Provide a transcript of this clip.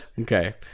Okay